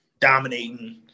dominating